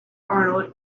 arnold